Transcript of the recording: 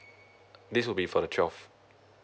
this will be for the twelve